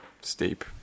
Steep